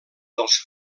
dels